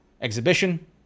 exhibition